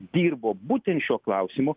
dirbo būtent šiuo klausimu